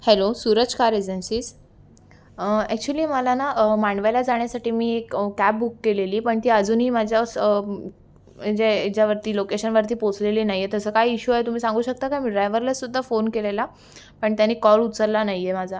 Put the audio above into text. hello Suraj car agencies actually मला ना मांडव्याला जाण्यासाठी मी एक कॅब बुक केलेली पण ती अजूनही माझ्या स म्हणजे हेच्यावरती लोकेशनवरती पोचलेली नाहीये तसं काय इशू आहे तुम्ही सांगू शकता काय मी ड्रायव्हरलासुद्धा फोन केलेला पण त्याने कॉल उचलला नाही आहे माझा